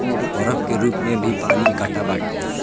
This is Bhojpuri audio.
बरफ के रूप में भी पानी एकट्ठा बाटे